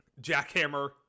jackhammer